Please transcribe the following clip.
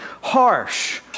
harsh